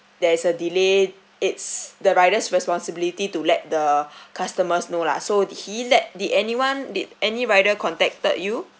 there's a delay it's the rider's responsibility to let the customers know lah so he let did anyone did any rider contacted you